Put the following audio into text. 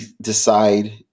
decide